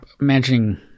imagining